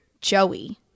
Joey